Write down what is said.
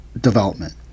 development